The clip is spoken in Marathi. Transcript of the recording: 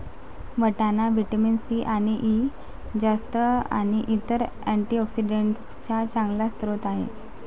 वाटाणा व्हिटॅमिन सी आणि ई, जस्त आणि इतर अँटीऑक्सिडेंट्सचा चांगला स्रोत आहे